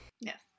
Yes